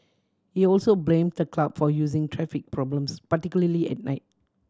he also blame the club for using traffic problems particularly at night